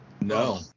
No